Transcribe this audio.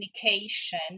communication